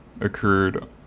occurred